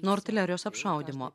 nuo artilerijos apšaudymo